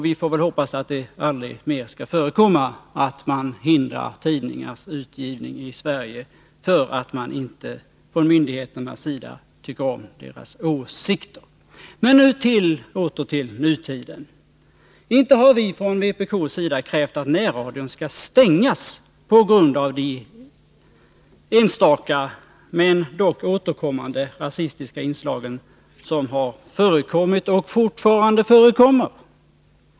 Vi får väl hoppas att det aldrig mer skall förekomma att man i Sverige hindrar tidningars utgivning därför att myndigheterna inte tycker om deras åsikter. Nu åter till nutiden. Inte har vi från vpk krävt att närradion skall stängas på grund av enstaka men dock fortfarande återkommande rasistiska inslag.